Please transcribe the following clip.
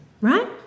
right